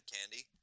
candy